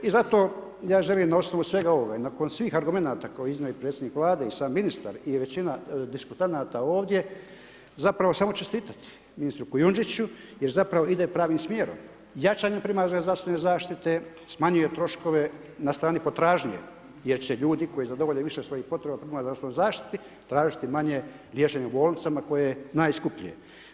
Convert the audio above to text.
I zato ja želim na osnovu svega ovoga i nakon svih argumenata koje je iznio i predsjednik Vlade i sam ministar i većina diskutanata ovdje zapravo samo čestitati ministru Kujundžiću jer zapravo ide pravim smjerom, jačanju primarne zdravstvene zaštite, smanjuje troškove na strani potražnje jer će ljudi koji zadovolje više svojih potreba u primarnoj zdravstvenoj zaštiti tražiti manje liječenje u bolnicama koje je najskuplje.